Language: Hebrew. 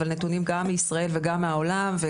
אבל נתונים גם מישראל וגם מהעולם,